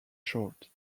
short